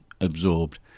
absorbed